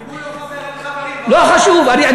אם הוא לא חבר, אין חברים בעולם.